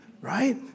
Right